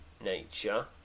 nature